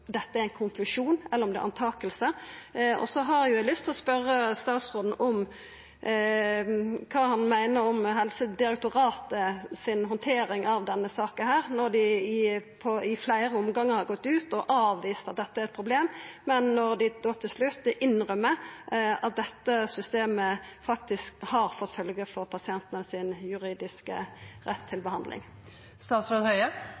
det er noko han antar. Så har eg lyst til å spørja statsråden om kva han meiner om Helsedirektoratet si handtering av denne saka, når dei i fleire omgangar har gått ut og avvist at dette er eit problem, men til slutt innrømmer at dette systemet faktisk har fått følgjer for pasientane sin juridiske rett